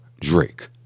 Drake